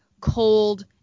cold